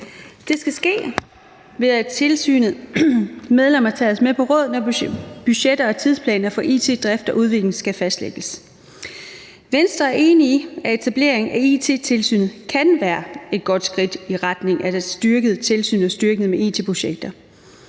Det skal ske, ved at tilsynets medlemmer tages med på råd, når budgetter og tidsplaner for it-drift og it-udvikling skal fastlægges. Venstre er enig i, at etablering af It-tilsynet kan være et godt skridt i retning af at styrke it-projekter,